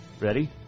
Ready